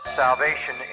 salvation